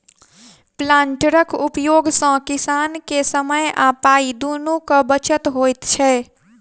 प्लांटरक उपयोग सॅ किसान के समय आ पाइ दुनूक बचत होइत छै